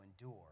endure